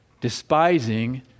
despising